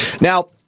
Now